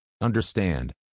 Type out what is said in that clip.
Understand